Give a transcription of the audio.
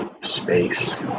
Space